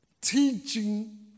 teaching